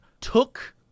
took